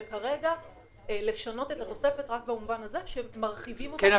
וכרגע לשנות את התוספת רק במובן הזה שמרחיבים -- כן,